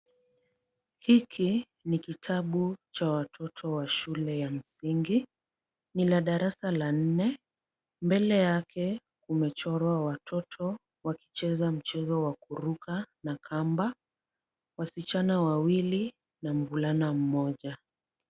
Hiki ni kitabu cha watoto wa shule ya msingi. Ni la darasa la nne. Mbele yake kumechorwa watoto wakicheza mchezo wa kuruka na kamba, wasichana wawili na mvulana mmoja.